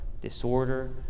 disorder